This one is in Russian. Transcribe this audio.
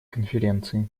конференции